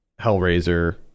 Hellraiser